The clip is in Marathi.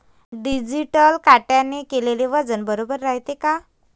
डिजिटल काट्याने केलेल वजन बरोबर रायते का?